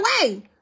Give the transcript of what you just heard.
away